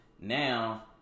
now